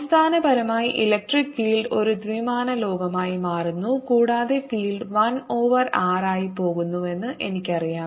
അടിസ്ഥാനപരമായി electric field ഒരു ദ്വിമാന ലോകമായി മാറുന്നു കൂടാതെ ഫീൽഡ് 1 ഓവർ r ആയി പോകുന്നുവെന്ന് എനിക്കറിയാം